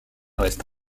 reste